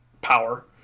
power